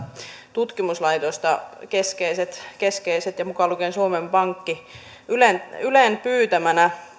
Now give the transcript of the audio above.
tutkimuslaitosta keskeiset keskeiset mukaan lukien suomen pankki ylen ylen pyytämänä